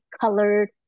colored